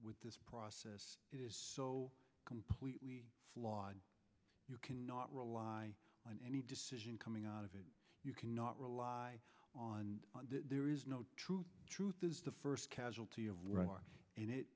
with this process it is so completely flawed you cannot rely on any decision coming out of it you cannot rely on there is no truth truth is the first casualty of war and